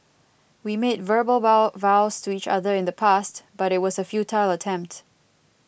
we made verbal vow vows to each other in the past but it was a futile attempt